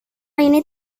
ini